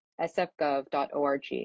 sfgov.org